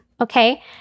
okay